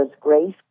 grace